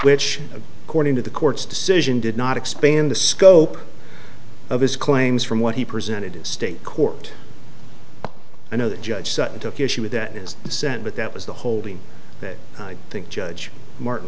which of cording to the court's decision did not expand the scope of his claims from what he presented as state court i know that judge sutton took issue with that is dissent but that was the holding that i think judge martin